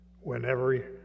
whenever